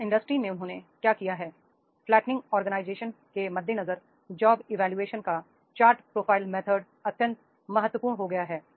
इस इंडस्ट्री में उन्होंने क्या किया है फ्लै ट निंग ऑर्गेनाइजेशन के मद्देनजर जॉब इवोल्यूशन का चार्ट प्रोफाइल तरीका अत्यंत महत्वपूर्ण हो गया है